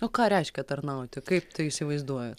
o ką reiškia tarnauti kaip tai įsivaizduojat